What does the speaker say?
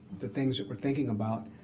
the things that we're thinking about